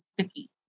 sticky